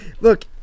Look